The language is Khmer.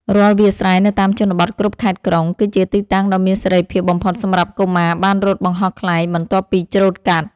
រាល់វាលស្រែនៅតាមជនបទគ្រប់ខេត្តក្រុង គឺជាទីតាំងដ៏មានសេរីភាពបំផុតសម្រាប់កុមារបានរត់បង្ហោះខ្លែងបន្ទាប់ពីច្រូតកាត់។